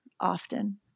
often